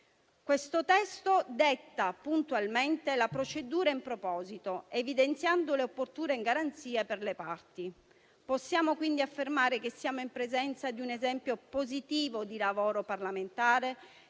Questo testo detta puntualmente la procedura in proposito, evidenziando le opportune garanzie per le parti. Possiamo quindi affermare che siamo in presenza di un esempio positivo di lavoro parlamentare